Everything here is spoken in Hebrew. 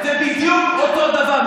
זה בדיוק אותו דבר.